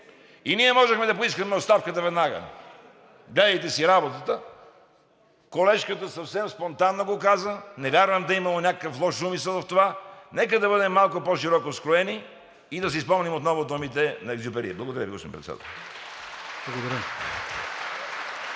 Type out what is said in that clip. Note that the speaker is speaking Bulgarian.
и ние можехме да поискаме оставката веднага. „Гледайте си работата“ – колежката съвсем спонтанно го каза. Не вярвам да е имало някакъв лош умисъл в това. Нека да бъдем малко по-широкоскроени и да си спомним отново думите на Екзюпери. Благодаря Ви, господин Председател.